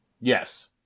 Yes